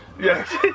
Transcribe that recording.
Yes